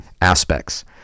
aspects